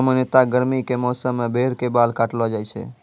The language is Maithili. सामान्यतया गर्मी के मौसम मॅ भेड़ के बाल काटलो जाय छै